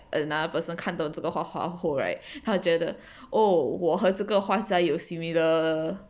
another person 看到这个画画后 right 他觉得 oh 我和这个画家有 similar